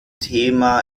thema